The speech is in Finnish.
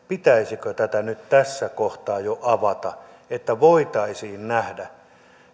pitäisikö tätä nyt tässä kohtaa jo avata että voitaisiin nähdä